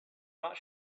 not